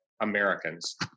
Americans